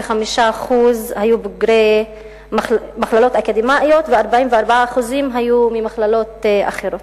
11% היו בוגרי מכללות אקדמיות ו-45% היו ממכללות אחרות.